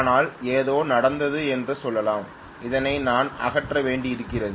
ஆனால் ஏதோ நடந்தது என்று சொல்லலாம் அதனை நான் அகற்ற வேண்டியிருந்தது